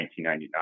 1999